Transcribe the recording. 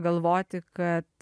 galvoti kad